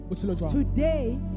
Today